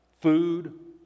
food